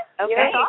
Okay